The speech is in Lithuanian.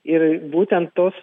ir būtent tos